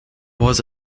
was